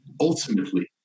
Ultimately